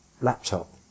laptop